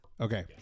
okay